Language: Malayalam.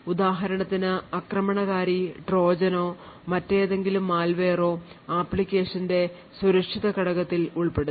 ഉദാഹരണത്തിന് ആക്രമണകാരി ട്രോജനോ മറ്റേതെങ്കിലും malware ഓ അപ്ലിക്കേഷന്റെ സുരക്ഷിത ഘടകത്തിൽ ഉൾപ്പെടുത്തും